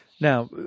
Now